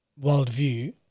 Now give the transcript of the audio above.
worldview